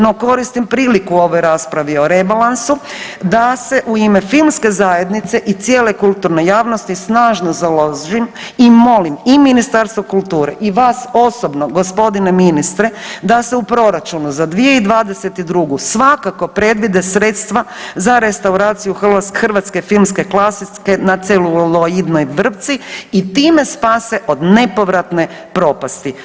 No koristim priliku u ovoj raspravio rebalansu da se u ime filmske zajednice i cijele kulturne javnosti snažno založim i molim i Ministarstvo kulture i vas osobno gospodine ministre da se u proračunu za 2022. svakako predvide sredstva za restauraciju hrvatske filmske klasike na celuloidnoj vrpci i time spase od nepovratne propasti.